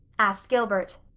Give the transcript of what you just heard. asked gilbert.